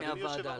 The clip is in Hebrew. מן הוועדה,